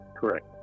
Correct